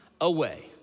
away